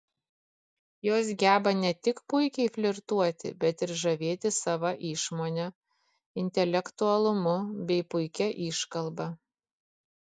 jos geba ne tik puikiai flirtuoti bet ir žavėti sava išmone intelektualumu bei puikia iškalba